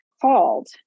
called